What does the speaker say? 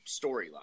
storyline